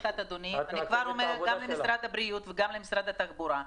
אני כבר אומרת גם למשרד הבריאות וגם למשרד התחבורה,